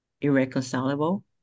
irreconcilable